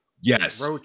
Yes